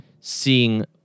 seeing